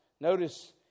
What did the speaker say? Notice